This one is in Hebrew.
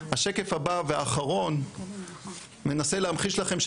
השקף הבא והאחרון מנסה להמחיש לכם,